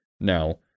now